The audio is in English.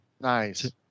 Nice